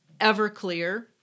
Everclear